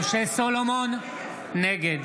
סולומון, נגד